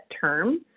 term